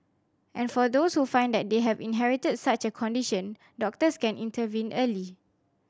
and for those who find that they have inherited such a condition doctors can intervene early